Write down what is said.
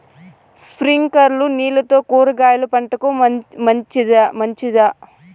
స్ప్రింక్లర్లు నీళ్లతో కూరగాయల పంటకు మంచిదా?